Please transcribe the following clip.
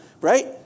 Right